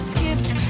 Skipped